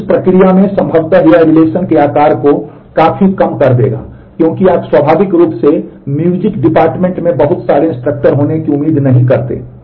तो उस प्रक्रिया में संभवतः यह रिलेशन होने की उम्मीद नहीं करते हैं